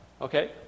okay